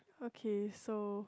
okay so